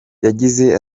yagize